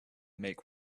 make